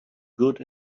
good